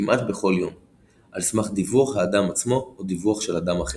כמעט בכל יום על סמך דיווח האדם עצמו או דיווח של אדם אחר.